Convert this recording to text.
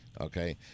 okay